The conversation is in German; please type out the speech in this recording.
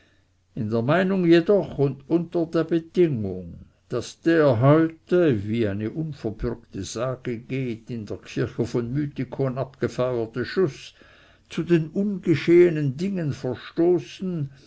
in der meinung jedoch und unter der bedingung daß der heute wie eine unverbürgte sage geht in der kirche von mythikon abgefeuerte schuß zu den ungeschehenen dingen verstoßen